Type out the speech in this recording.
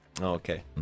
okay